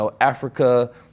Africa